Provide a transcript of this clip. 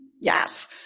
Yes